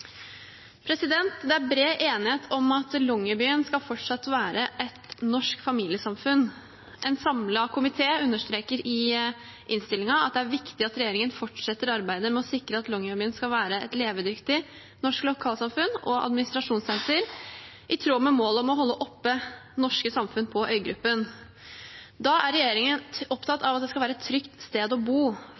Det er bred enighet om at Longyearbyen fortsatt skal være et norsk familiesamfunn. En samlet komité understreker i innstillingen at det er viktig at regjeringen fortsetter arbeidet med å sikre at Longyearbyen skal være et levedyktig norsk lokalsamfunn og administrasjonssenter, i tråd med målet om å holde oppe norske samfunn på øygruppen. Da er regjeringen opptatt av at det skal være et trygt sted å bo.